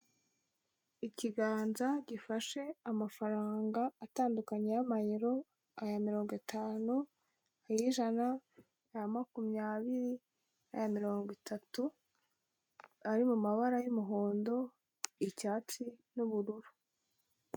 Ikiganza gifashe amafaranga atandukanye y'amayero, aya mirongo itanu, ay'ijana, aya makumyabiri, naya mirongo itatu, ari mumabara y'umuhondo, icyatsi n'ubururu.